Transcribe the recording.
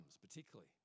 particularly